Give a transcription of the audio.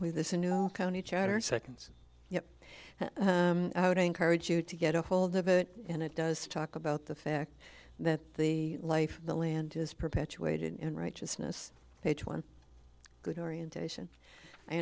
charter seconds you know i would encourage you to get a hold of it and it does talk about the fact that the life of the land is perpetuated in righteousness page one good orientation i